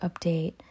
update